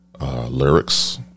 lyrics